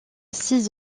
six